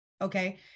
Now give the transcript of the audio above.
Okay